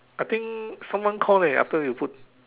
I think someone call leh after you put